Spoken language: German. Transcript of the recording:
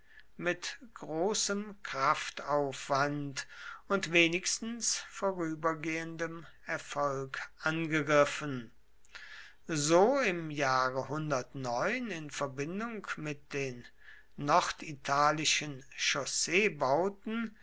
mit großem kraftaufwand und wenigstens vorübergehendem erfolg angegriffen so im jahre in verbindung mit den norditalischen